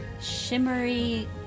shimmery